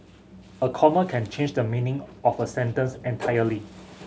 a comma can change the meaning of a sentence entirely